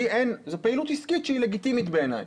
זו פעילות עסקית שהיא לגיטימית בעיניי.